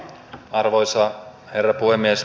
arvoisa herra puhemies